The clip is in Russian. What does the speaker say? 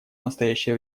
настоящее